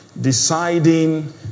deciding